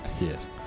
Yes